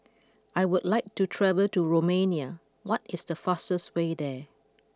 I would like to travel to Romania what is the fastest way there